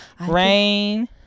Rain